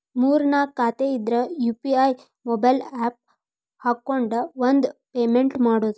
ಮೂರ್ ನಾಕ್ ಖಾತೆ ಇದ್ರ ಯು.ಪಿ.ಐ ಮೊಬೈಲ್ ಆಪ್ ಹಾಕೊಂಡ್ ಒಂದ ಪೇಮೆಂಟ್ ಮಾಡುದು